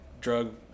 drug